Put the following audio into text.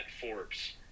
Forbes